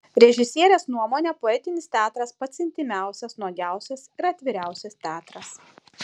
režisierės nuomone poetinis teatras pats intymiausias nuogiausias ir atviriausias teatras